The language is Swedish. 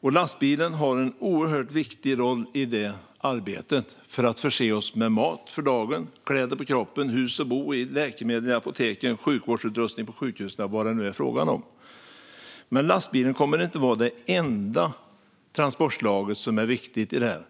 och lastbilen har en oerhört viktig roll i det arbetet för att förse oss med mat för dagen, kläder på kroppen, hus att bo i, läkemedel på apoteken, sjukvårdsutrustning på sjukhusen och vad det nu är frågan om. Men lastbilen kommer inte att vara det enda transportslaget som är viktigt i detta.